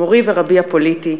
מורי ורבי הפוליטי,